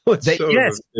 Yes